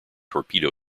torpedo